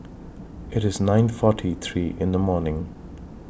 IT IS nine forty three in The morning